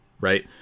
Right